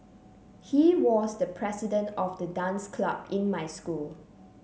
he was the president of the dance club in my school